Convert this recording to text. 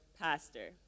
pastor